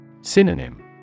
Synonym